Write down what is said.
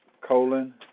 colon